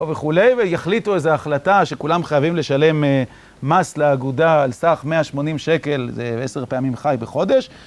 וכולי, ויחליטו איזו החלטה שכולם חייבים לשלם מס לאגודה על סך 180 שקל, זה 10 פעמים ח"י בחודש.